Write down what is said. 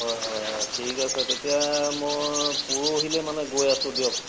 হয় হয় হয় ঠিক আছে তেতিয়া মই পৰহিলৈ মানে গৈ আছোঁ দিয়ক